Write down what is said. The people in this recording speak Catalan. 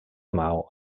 maó